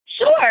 Sure